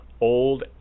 old